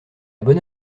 bonne